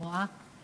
אני לא רואה,